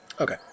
Okay